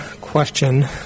question